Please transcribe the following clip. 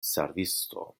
servisto